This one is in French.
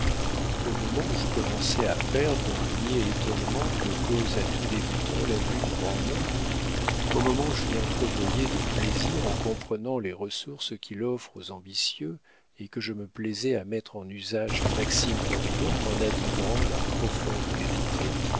au moment où je commençais à perdre le niais étonnement que cause à tout débutant la vue du grand monde au moment où j'y entrevoyais des plaisirs en comprenant les ressources qu'il offre aux ambitieux et que je me plaisais à mettre en usage les maximes d'henriette en admirant leur profonde vérité